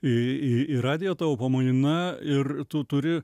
į į į radiją tavo pamaina ir tu turi